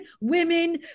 women